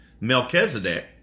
Melchizedek